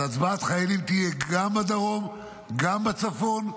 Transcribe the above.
הצבעת חיילים תהיה גם בדרום וגם בצפון.